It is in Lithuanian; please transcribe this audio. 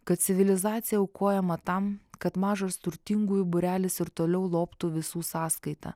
kad civilizacija aukojama tam kad mažas turtingųjų būrelis ir toliau lobtų visų sąskaita